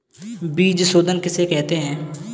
बीज शोधन किसे कहते हैं?